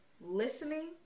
listening